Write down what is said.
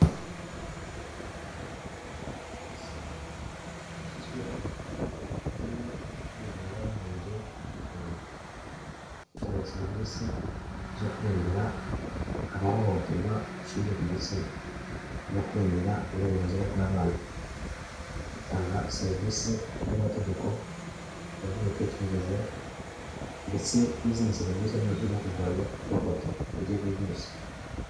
Isange One Stop Centre, polisi yashyizweho ku bufatanye n'umuryango w'abibumbye mu Rwanda, itanga serivisi zo kurengera abahohoterwa hashingiwe ku gitsina no kurengera uburenganzira bw'abana, itanga serivisi mu by'amategeko mu by'imitekerereze ndetse n'izindi serivisi zose zo kurwanya ihohoterwa iryo ariryo ryose.